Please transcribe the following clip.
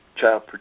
Child